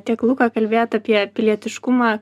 tiek luka kalbėjot apie pilietiškumą